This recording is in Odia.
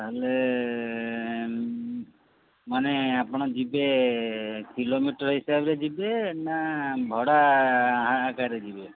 ତା'ହେଲେ ମାନେ ଆପଣ ଯିବେ କିଲୋମିଟର ହିସାବରେ ଯିବେ ନା ଭଡ଼ା ଆକାରରେ ଯିବେ